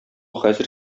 хәзер